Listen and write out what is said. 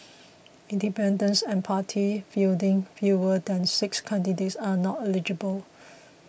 independents and party fielding fewer than six candidates are not eligible